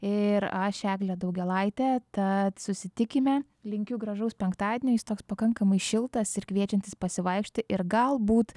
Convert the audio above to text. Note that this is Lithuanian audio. ir aš eglė daugėlaitė tad susitikime linkiu gražaus penktadienio jis toks pakankamai šiltas ir kviečiantis pasivaikščioti ir galbūt